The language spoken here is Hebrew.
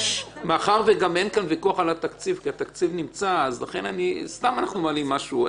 מאחר שאין כאן ויכוח על התקציב כי התקציב קיים אז סתם אנחנו מעלים משהו.